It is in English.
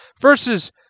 versus